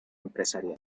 empresarial